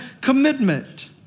commitment